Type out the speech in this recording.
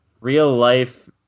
real-life